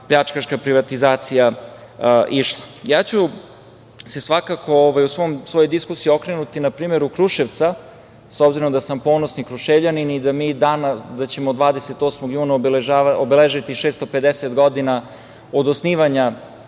pljačkaška privatizacija išla. Ja ću se svakako u svojoj diskusiji okrenuti na primer Kruševca, s obzirom da sam ponosni Kruševljanin i da ćemo 28. juna obeležiti 650 godina od osnivanja